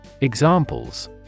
Examples